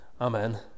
Amen